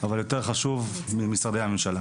אבל יותר חשוב, ממשרדי הממשלה.